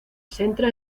centra